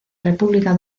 república